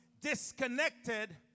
disconnected